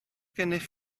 gennych